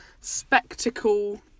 spectacle